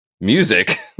music